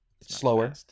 slower